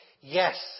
Yes